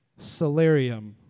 salarium